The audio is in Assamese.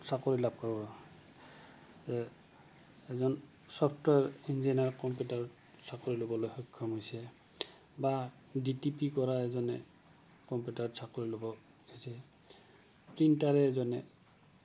চাকৰি লাভ কৰোঁ যে এজন ছফ্টৱেৰ ইঞ্জিনিয়াৰ কম্পিউটাৰত চাকৰি ল'বলৈ সক্ষম হৈছে বা ডি টি পি কৰা এজনে কম্পিউটাৰত চাকৰি ল'ব হৈছে প্ৰিণ্টাৰ এজনে